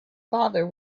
father